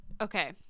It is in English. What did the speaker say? Okay